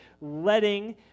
letting